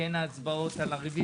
הישיבה ננעלה בשעה